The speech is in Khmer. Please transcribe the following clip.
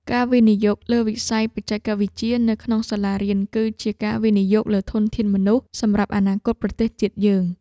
ការវិនិយោគលើវិស័យបច្ចេកវិទ្យានៅក្នុងសាលារៀន គឺជាការវិនិយោគលើធនធានមនុស្សសម្រាប់អនាគតប្រទេសជាតិយើង។